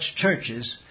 churches